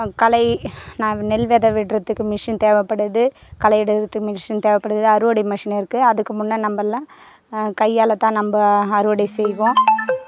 களை நான் நெல் விதை விடுறதுக்கு மிஷின் தேவைப்படுது களை எடுக்கிறதுக்கு மிஷின் தேவைப்படுது அறுவடை மிஷின் இருக்குது அதுக்கு முன்ன நம்மல்லாம் கையால் தான் நம்ப அறுவடை செய்வோம்